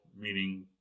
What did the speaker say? meaning